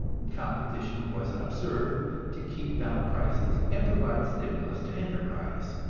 competition was observed to keep down prices and provide stimulus to enterprise,